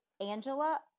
Angela